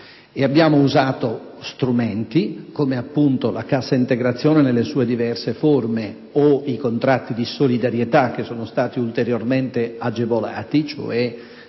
Abbiamo usato strumenti, come appunto la Cassa integrazione nelle sue diverse forme e i contratti di solidarietà che sono stati ulteriormente agevolati, cioè